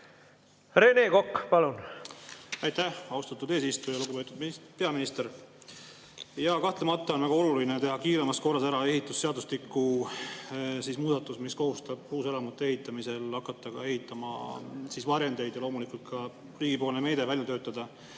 Rene Kokk, palun! Aitäh, austatud eesistuja! Lugupeetud peaminister! Jaa, kahtlemata on väga oluline teha kiiremas korras ära ehitusseadustiku muudatus, mis kohustab uuselamute ehitamisel hakkama ehitama varjendeid, ja loomulikult ka töötada välja riigi